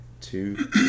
two